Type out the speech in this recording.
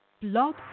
Blog